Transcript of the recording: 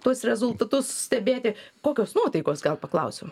tuos rezultatus stebėti kokios nuotaikos gal paklausiu